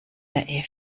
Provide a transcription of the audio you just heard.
der